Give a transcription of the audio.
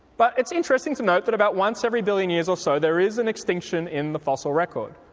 but it's interesting to note that about once every billion years or so there is an extinction in the fossil record,